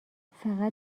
فقط